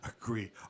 agree